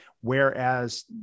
Whereas